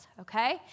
okay